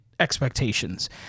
expectations